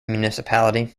municipality